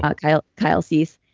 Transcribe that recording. ah kyle kyle cease,